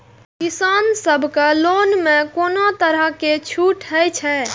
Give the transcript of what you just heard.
किसान सब के लोन में कोनो तरह के छूट हे छे?